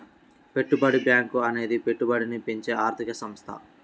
పెట్టుబడి బ్యాంకు అనేది పెట్టుబడిని పెంచే ఒక ఆర్థిక సంస్థ